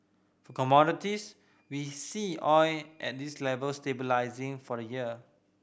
for commodities we see oil at this level stabilising for the year